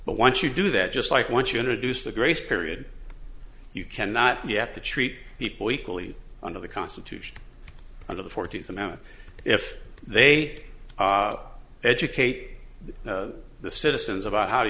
but once you do that just like once you introduce the grace period you cannot you have to treat people equally under the constitution under the fourteenth amendment if they educate the citizens about